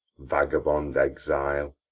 vagabond exile,